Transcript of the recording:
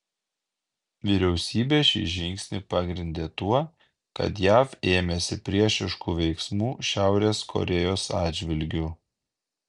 vyriausybė šį žingsnį pagrindė tuo kad jav ėmėsi priešiškų veiksmų šiaurės korėjos atžvilgiu